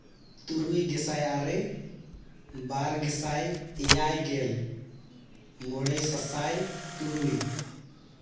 ᱛᱩᱨᱩᱭ ᱜᱮᱥᱟᱭ ᱟᱨᱮ ᱵᱟᱨ ᱜᱮᱥᱟᱭ ᱮᱭᱟᱭᱜᱮᱞ ᱢᱚᱬᱮ ᱥᱟᱥᱟᱭ ᱛᱩᱨᱩᱭ